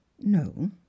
no